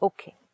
Okay